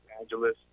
Angeles